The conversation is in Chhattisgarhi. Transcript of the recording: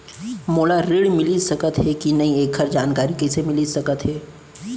मोला ऋण मिलिस सकत हे कि नई एखर जानकारी कइसे मिलिस सकत हे?